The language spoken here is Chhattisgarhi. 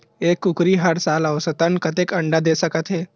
एक कुकरी हर साल औसतन कतेक अंडा दे सकत हे?